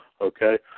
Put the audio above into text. Okay